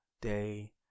day